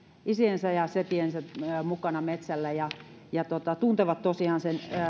isiensä ja setiensä mukana metsällä ja ja tuntevat tosiaan